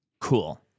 cool